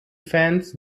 fans